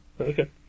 Okay